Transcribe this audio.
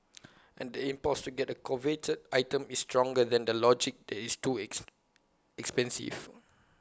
and the impulse to get A coveted item is stronger than the logic that it's too ex expensive